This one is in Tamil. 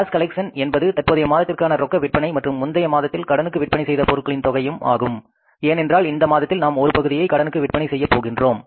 கேஸ் கலெக்ஷன் என்பது தற்போதைய மாதத்திற்கான ரொக்க விற்பனை மற்றும் முந்தைய மாதத்தில் கடனுக்கு விற்பனை செய்த பொருட்களின் தொகையும் ஆகும் ஏனென்றால் இந்த மாதத்தில் நாம் ஒரு பகுதியை கடனுக்கு விற்பனை செய்கிறோம்